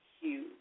huge